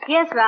Yes